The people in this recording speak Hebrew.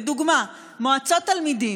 לדוגמה, מועצות תלמידים: